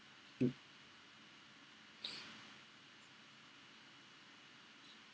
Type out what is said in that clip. mm